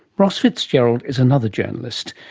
ross fitzgerald is another journalist.